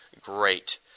great